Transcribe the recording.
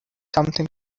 something